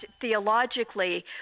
theologically